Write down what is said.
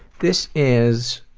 this is